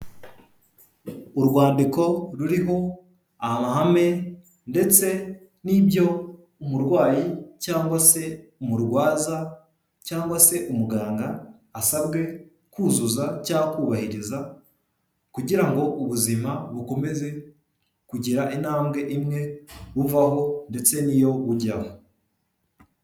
Urwandiko ruriho amahame ndetse n'ibyo umurwayi, cyangwa se umurwaza, cyangwa se umuganga, asabwe kuzuza cyangwa kubahiriza, kugira ngo ubuzima bukomeze kugira intambwe imwe buvaho ndetse n'iyo bujyaho.